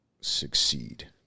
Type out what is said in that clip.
succeed